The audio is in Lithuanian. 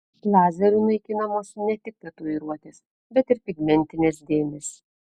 lazeriu naikinamos ne tik tatuiruotės bet ir pigmentinės dėmės